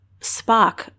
Spock